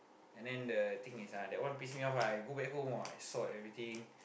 and then the thing is ah that one piss me off ah I go back home !wah! I sort everything